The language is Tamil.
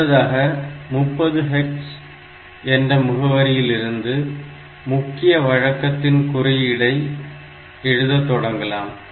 அடுத்ததாக 30H என்ற முகவரியிலிருந்து முக்கிய வழக்கத்தின் குறியீடை எழுதத் தொடங்கலாம்